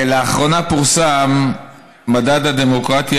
לאחרונה פורסם מדד הדמוקרטיה,